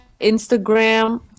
Instagram